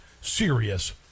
serious